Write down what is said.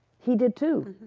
he did too.